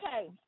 Okay